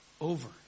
over